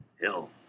Hell